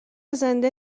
زنده